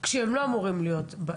כשהם לא אמורים להיות.